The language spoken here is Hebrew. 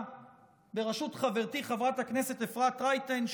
בראשות חברתי חברת הכנסת אפרת רייטן,